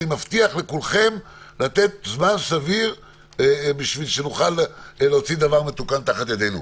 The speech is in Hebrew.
אני מבטיח לכולכם לתת זמן סביר בשביל שנוכל להוציא דבר מתוקן תחת ידינו.